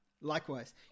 Likewise